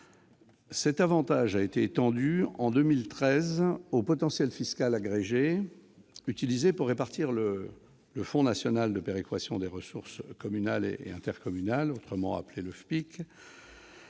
Cet avantage a été étendu en 2013 au potentiel fiscal agrégé, utilisé pour répartir le Fonds national de péréquation des ressources communales et intercommunales, ou FPIC.